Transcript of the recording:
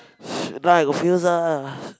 shit now I got feels ah